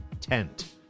tent